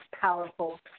Powerful